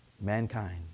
Mankind